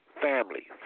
family